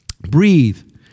Breathe